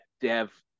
Dev